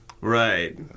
Right